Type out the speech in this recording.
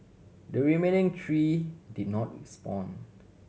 the remaining three did not respond